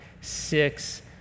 six